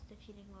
defeating